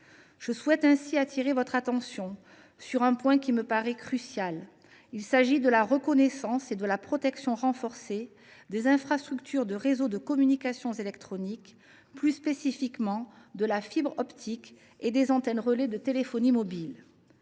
de la Nation. J’attire votre attention sur un point crucial : la reconnaissance et la protection renforcée des infrastructures des réseaux de communications électroniques et, plus spécifiquement, de la fibre optique et des antennes relais de téléphonie mobile.